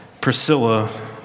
Priscilla